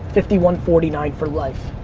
fifty one forty nine for life.